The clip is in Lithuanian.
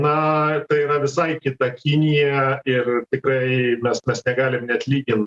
na tai yra visai kita kinija ir tikrai mes mes negalim net lygint